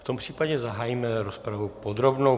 V tom případě zahájíme rozpravu podrobnou.